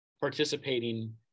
participating